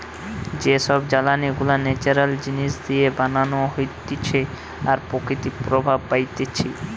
যে সব জ্বালানি গুলা ন্যাচারাল জিনিস দিয়ে বানানো হতিছে আর প্রকৃতি প্রভাব পাইতিছে